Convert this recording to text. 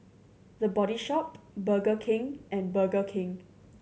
The Body Shop Burger King and Burger King